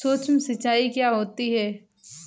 सुक्ष्म सिंचाई क्या होती है?